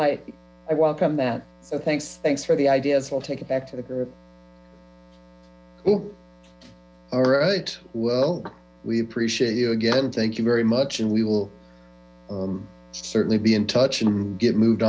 i i welcome that so thanks thanks for the ideas we'll take it back to the group all right well we appreciate you again thank you very much and we will certainly be in touch and get moved